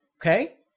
okay